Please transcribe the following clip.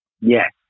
Yes